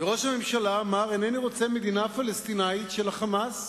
וראש הממשלה אמר: אני לא רוצה מדינה פלסטינית של ה"חמאס"